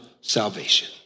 salvation